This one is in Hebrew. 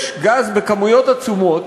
יש גז בכמויות עצומות,